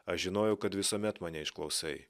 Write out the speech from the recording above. aš žinojau kad visuomet mane išklausai